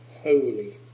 holy